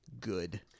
Good